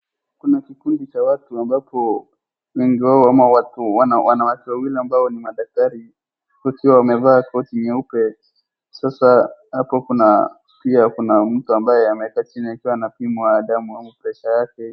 Kuna kikundi cha watu ambao wengi wao ama wanawake wawili ambao ni madaktari wakiwa wamwvaa koti nyeupe kwa sasa hapo kuna, pia kuna mtu ambaye amekaa chini akiwa anapimwa damu ama pressure yake.